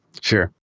Sure